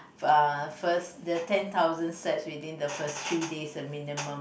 uh first their ten thousand steps within the first three days minimum